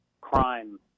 crime